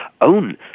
own